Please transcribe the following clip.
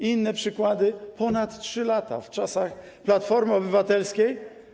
Inne przykłady - ponad 3 lata, w czasach Platformy Obywatelskiej.